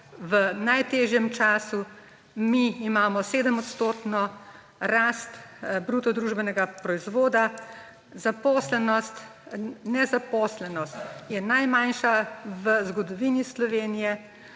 v najtežjem času. Mi imamo 7-odstotno rast bruto družbenega proizvoda, nezaposlenost je najmanjša v zgodovini Slovenije.